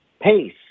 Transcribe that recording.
Pace